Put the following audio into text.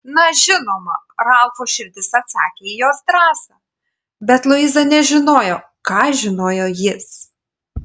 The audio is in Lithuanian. na žinoma ralfo širdis atsakė į jos drąsą bet luiza nežinojo ką žinojo jis